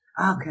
Okay